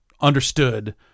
understood